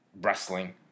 wrestling